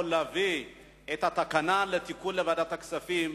להביא את התקנה לתיקון לוועדת הכספים.